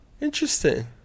Interesting